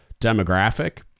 demographic